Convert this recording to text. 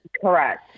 correct